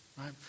right